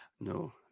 No